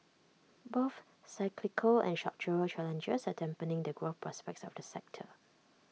both cyclical and structural challenges are dampening the growth prospects of this sector